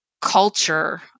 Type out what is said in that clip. culture